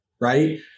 Right